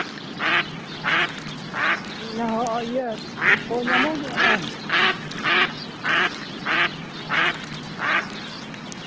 ᱦᱮᱸ ᱦᱚᱸ ᱤᱭᱟᱹ ᱧᱟᱢᱚᱜ ᱜᱮᱭᱟ ᱵᱟᱝ